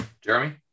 jeremy